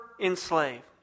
enslaved